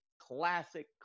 classic